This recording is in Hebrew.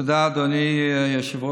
תודה, אדוני היושב-ראש.